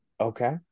okay